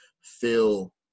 feel